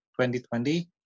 2020